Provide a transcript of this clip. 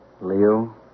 Leo